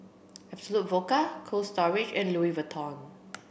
Absolut Vodka Cold Storage and Louis Vuitton